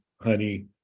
honey